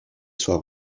soit